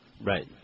Right